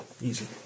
Easy